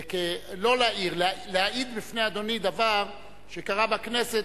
לא להעיר: להעיד בפני אדוני דבר שקרה בכנסת